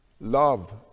Love